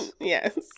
yes